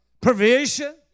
provision